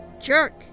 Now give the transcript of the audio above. jerk